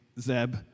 Zeb